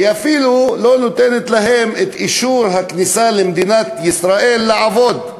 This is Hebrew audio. היא אפילו לא נותנת להם את אישור הכניסה למדינת ישראל לעבוד,